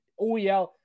OEL